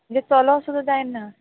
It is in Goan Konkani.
म्हणजे चोलो सुद्दां जायना